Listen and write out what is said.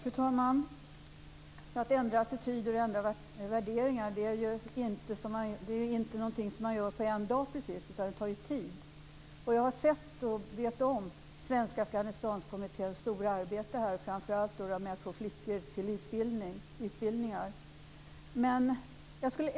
Fru talman! Att ändra attityder och att ändra värderingar är inte något som görs på en dag precis, utan sådant tar tid. Jag har sett och känner till Svenska Afghanistanskommitténs stora arbete här, framför allt med att få flickor till utbildningar.